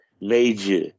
major